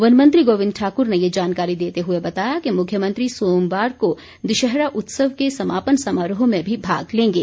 one मंत्री गोविंद ठाकुर ने ये जानकारी देते हुए बताया कि मुख्यमंत्री सोमवार को दशहरा उत्सव के समापन समारोह में भी भाग लेंगे